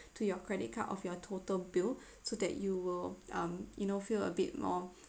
to your credit card of your total bill so that you will um you know feel a bit more